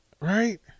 Right